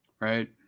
Right